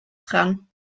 dran